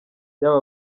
yaba